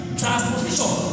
transposition